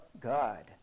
god